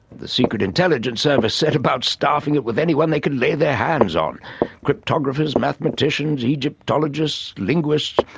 the secret intelligence service set about staffing it with anyone they could lay their hands on cryptographers, mathematicians, egyptologists, linguists,